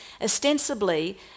ostensibly